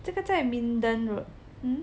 这个在 at Minden road hmm